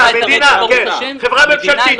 שר העבודה,